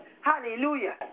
Hallelujah